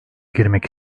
girmek